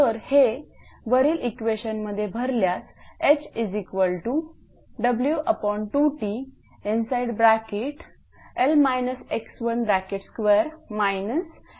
तर हे वरील इक्वेशन मध्ये भरल्यास hW2TL x12 x12W2T असे मिळेल